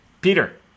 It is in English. Peter